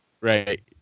Right